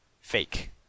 fake